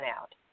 out